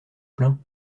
plaint